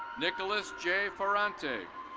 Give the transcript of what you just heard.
nicholus j ferrante.